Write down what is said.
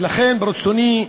ולכן ברצוני,